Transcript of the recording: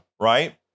right